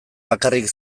bakarrik